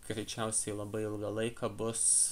greičiausiai labai ilgą laiką bus